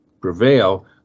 prevail